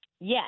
Yes